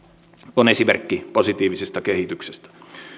on esimerkki positiivisesta kehityksestä